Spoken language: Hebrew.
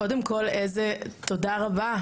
קודם כל איזו תודה רבה.